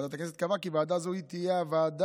ועדת הכנסת קבעה כי ועדה זו תהיה הוועדה